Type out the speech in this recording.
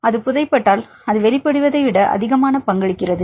அது புதைபட்டால் அது வெளிப்படுவதை விட அதிகமாக பங்களிக்கிறது